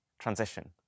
Transition